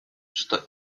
что